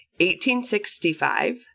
1865